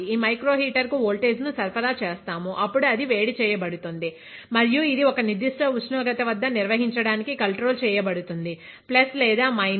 ఈ micro heater కు voltage ను సరఫరా చేస్తాము అప్పుడు అది వేడి చేయబడుతుంది మరియు ఇది ఒక నిర్దిష్ట ఉష్ణోగ్రత వద్ద నిర్వహించడానికి కంట్రోల్ చేయబడుతుంది ప్లస్ లేదా మైనస్ 0